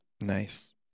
Nice